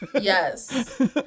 Yes